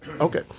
Okay